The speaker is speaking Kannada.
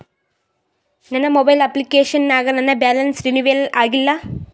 ನನ್ನ ಮೊಬೈಲ್ ಅಪ್ಲಿಕೇಶನ್ ನಾಗ ನನ್ ಬ್ಯಾಲೆನ್ಸ್ ರೀನೇವಲ್ ಆಗಿಲ್ಲ